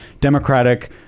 Democratic